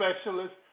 specialist